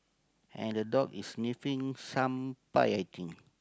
and the dog is sniffing some pie I think